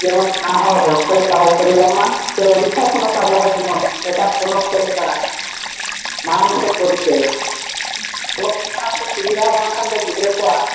ᱡᱮᱢᱚᱱ ᱯᱮᱲᱟ ᱦᱚᱲ ᱦᱚᱲ ᱠᱚ ᱞᱮᱠᱟ ᱦᱚᱲᱠᱚ ᱧᱮᱞᱚᱜ ᱢᱟ ᱥᱮ ᱳᱲᱤᱥᱟ ᱯᱚᱱᱚᱛ ᱟᱵᱚ ᱦᱚᱸ ᱡᱮᱢᱚᱱ ᱮᱴᱟᱜ ᱯᱚᱱᱚᱛ ᱠᱚ ᱞᱮᱠᱟ ᱢᱟᱲᱟᱝ ᱥᱮᱫ ᱵᱚᱱ ᱨᱤᱠᱟᱹᱭᱟ ᱚᱞᱚᱜ ᱯᱟᱲᱦᱟᱜ ᱫᱚ ᱥᱩᱵᱤᱫᱷᱟ ᱵᱟᱝᱠᱷᱟᱱ ᱫᱚ ᱜᱤᱫᱽᱨᱟᱹ ᱠᱚᱣᱟᱜ